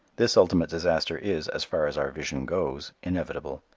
this ultimate disaster is, as far as our vision goes, inevitable.